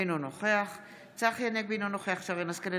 אינו נוכח צחי הנגבי, אינו נוכח שרן מרים השכל,